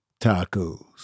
tacos